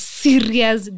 serious